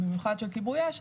במיוחד של כיבוי אש,